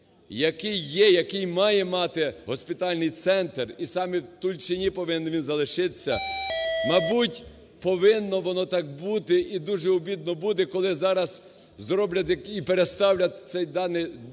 який є, який має мати госпітальний центр, і саме в Тульчині повинен він залишитися, мабуть, повинно воно так бути. І дуже обідно буде, коли зараз зроблять таки і переставлять цей даний